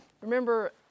Remember